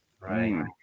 Right